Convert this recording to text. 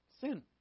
Sin